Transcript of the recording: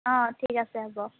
অঁ ঠিক আছে হ'ব